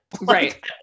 Right